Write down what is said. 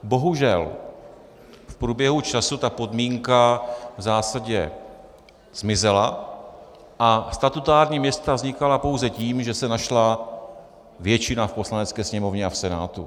Bohužel v průběhu času ta podmínka v zásadě zmizela a statutární města vznikala pouze tím, že se našla většina v Poslanecké sněmovně a v Senátu.